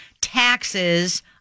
taxes